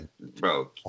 bro